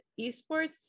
esports